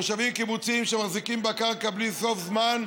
מושבים וקיבוצים שמחזיקים בקרקע בלי סוף זמן,